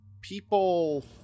people